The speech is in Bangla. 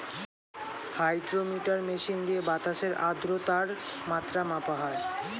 হাইড্রোমিটার মেশিন দিয়ে বাতাসের আদ্রতার মাত্রা মাপা হয়